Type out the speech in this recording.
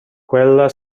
quella